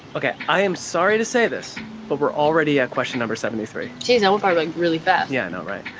ok, i'm sorry to say this but we're already at question number seventy three. geez, that went by like really fast. yeah, i know right?